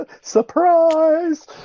surprise